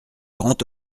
grand